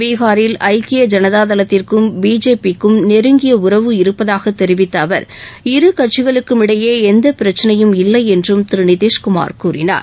பீகாரில் ஐக்கிய ஐனதாதளத்திற்கும் பிஜேபிக்கும் நெருங்கிய உறவு இருப்பதாக தெரிவித்த அவர் இருகட்சிகளுக்குமிடையே எந்த பிரச்சனையும் இல்லை என்றும் திரு நிதிஷ்குமார் கூறினார்